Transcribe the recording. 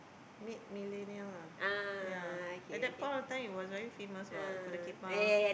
mid millennial lah ya at that point of time it was very famous [what] kuda kepang